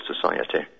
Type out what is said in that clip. society